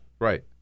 Right